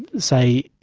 say,